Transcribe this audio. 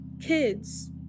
kids